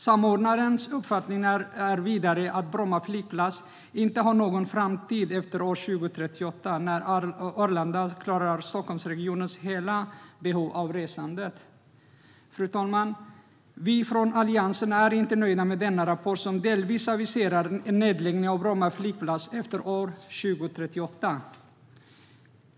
Samordnarens uppfattning är vidare att Bromma flygplats inte har någon framtid efter år 2038, när Arlanda klarar Stockholmsregionens hela behov av resande. Fru talman! Vi från Alliansen är inte nöjda med denna rapport, som delvis aviserar nedläggning av Bromma flygplats efter år 2038.